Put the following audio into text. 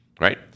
Right